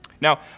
Now